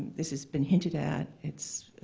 this has been hinted at. it's